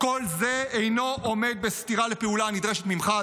כל זה אינו עומד בסתירה לפעולה הנדרשת ממך,